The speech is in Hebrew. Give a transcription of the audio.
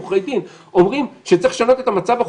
עורכי דין שאומרים שצריך לשנות את המצב החוקי,